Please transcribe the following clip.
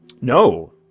No